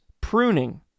pruning